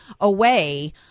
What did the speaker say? away